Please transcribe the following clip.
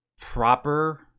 proper